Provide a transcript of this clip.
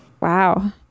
Wow